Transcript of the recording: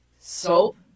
soap